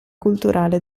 culturale